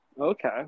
Okay